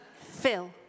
Phil